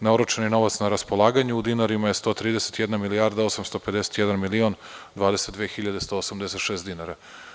Na oročeni novac na raspolaganju u dinarima je 131 milijarda 851 milion 22 hiljade 186 dinara.